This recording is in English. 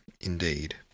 indeed